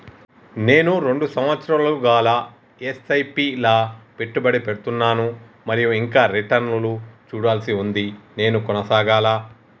నేను రెండు సంవత్సరాలుగా ల ఎస్.ఐ.పి లా పెట్టుబడి పెడుతున్నాను మరియు ఇంకా రిటర్న్ లు చూడాల్సి ఉంది నేను కొనసాగాలా?